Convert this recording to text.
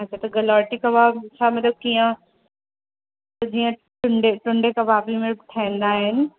अच्छा त गलौटी कबाब छा मतिलबु कीअं त जीअं टुंडे टुंडे कबाब में ठहंदा आहिनि